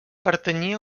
pertanyia